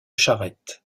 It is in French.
charrette